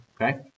Okay